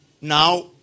Now